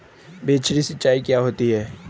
बौछारी सिंचाई क्या होती है?